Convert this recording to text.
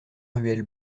ruelle